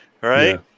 Right